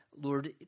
Lord